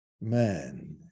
man